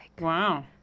Wow